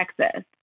Texas